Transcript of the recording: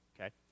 Okay